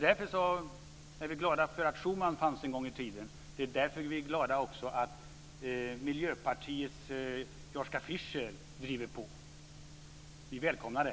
Därför är vi glada för att Schuman fanns en gång i tiden. Det är därför vi också är glada att Miljöpartiets Joschka Fischer driver på. Vi välkomnar det.